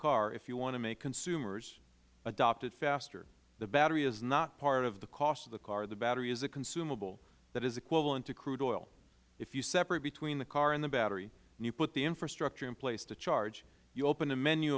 car if you want to make consumers adopt it faster the battery is not part of the cost of the car the battery is a consumable that is equivalent to crude oil if you separate between the car and the battery and you put the infrastructure in place to charge you open a menu